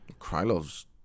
Krylov's